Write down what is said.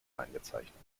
eingezeichnet